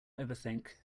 overthink